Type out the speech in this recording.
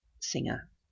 Singer